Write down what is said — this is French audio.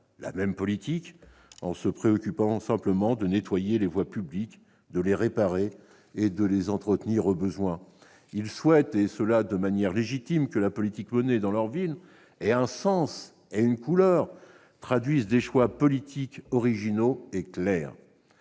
la même politique, en se préoccupant simplement de nettoyer les voies publiques, de les réparer et de les entretenir au besoin. Ils souhaitent, de manière légitime, que la politique menée dans leur ville ait un sens, une « couleur », qu'elle traduise des choix politiques originaux et clairs.